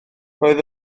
roedd